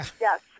Yes